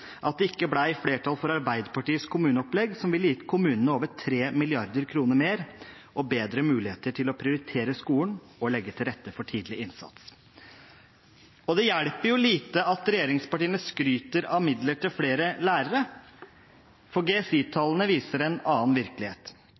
at det ikke ble flertall for Arbeiderpartiets kommuneopplegg, som ville gitt kommunene over 3 mrd. kr mer – og bedre muligheter til å prioritere skolen og legge til rette for tidlig innsats. Det hjelper lite at regjeringspartiene skryter av midler til flere lærere, for GSI-tallene viser en annen virkelighet.